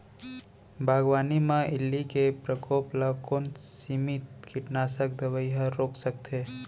बागवानी म इल्ली के प्रकोप ल कोन सीमित कीटनाशक दवई ह रोक सकथे?